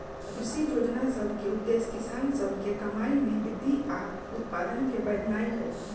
कृषि जोजना सभ के उद्देश्य किसान सभ के कमाइ में वृद्धि आऽ उत्पादन के बढ़ेनाइ हइ